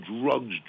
drugs